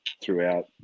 throughout